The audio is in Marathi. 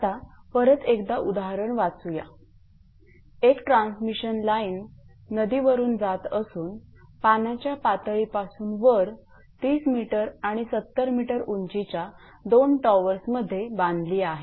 आता परत एकदा उदाहरण वाचूया एक ट्रान्समिशन लाईन नदीवरून जात असून पाण्याच्या पातळी पासून वर 30𝑚 आणि 70𝑚 उंचीच्या दोन टॉवर्समध्ये बांधली आहे